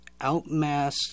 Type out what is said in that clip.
outmass